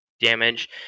damage